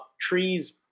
trees